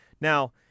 Now